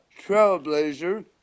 trailblazer